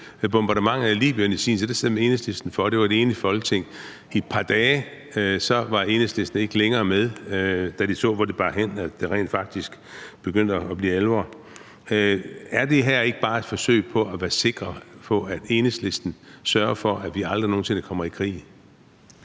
bombardementerne i Libyen i sin tid? Der stemte Enhedslisten for. Det var et enigt Folketing i et par dage, og så var Enhedslisten ikke længere med, da de så, hvor det bar hen, og det rent faktisk begyndte at blive alvor. Er det her ikke bare et forsøg på at være sikker på, at Enhedslisten sørger for, at vi aldrig nogen sinde kommer i krig?